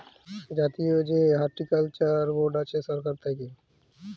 জাতীয় যে horticulture board আছে সরকার থাক্যে